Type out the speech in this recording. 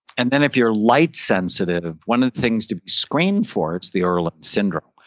and then, if you're light sensitive, one of the things to be screened for, it's the irlen syndrome.